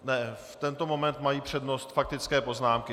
V tento moment mají přednost faktické poznámky.